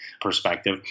perspective